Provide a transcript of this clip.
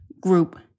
group